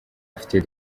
afite